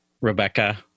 Rebecca